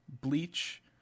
Bleach